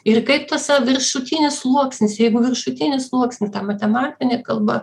ir kaip tas viršutinis sluoksnis jeigu viršutinis sluoksnį tą matematinį kalba